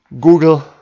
Google